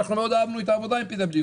אנחנו מאוד אהבנו את העבודה עם PwC,